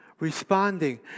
Responding